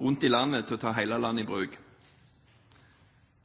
rundt i landet til å ta hele landet i bruk.